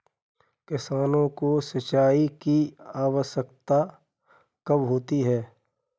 किसानों को सिंचाई की आवश्यकता कब होती है?